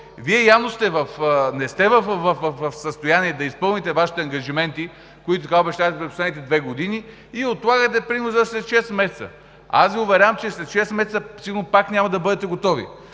Вие явно не сте в състояние да изпълните Вашите ангажименти, които обещахте в последните две години и отлагате примерно за след шест месеца. Аз Ви уверявам, че след шест месеца сигурно пак няма да бъдете готови.